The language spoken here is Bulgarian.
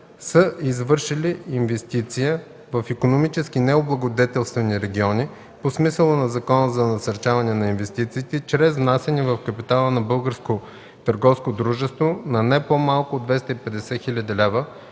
са извършили инвестиция в икономически необлагодетелствани региони по смисъла на Закона за насърчаване на инвестициите чрез внасяне в капитала на българско търговско дружество на не по-малко от 250 000 лв.,